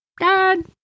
dad